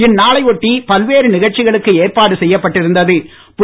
இந்நாளை ஒட்டி பல்வேறு நிகழ்ச்சிகளுக்கு ஏற்பாடு செய்யப்பட்டிருந்த்து